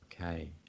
okay